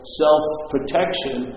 self-protection